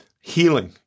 healing